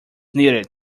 needed